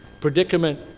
predicament